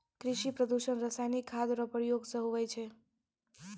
कृषि प्रदूषण रसायनिक खाद रो प्रयोग से हुवै छै